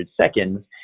seconds